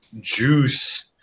juice